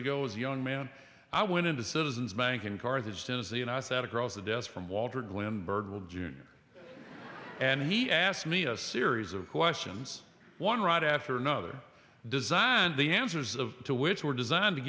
ago as a young man i went into citizens bank in carthage tennessee and i sat across the desk from walter gwynne burden of june and he asked me a series of questions one right after another designed the answers to which were designed to